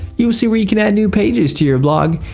you will see where you can add new pages to your blog.